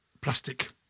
plastic